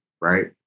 right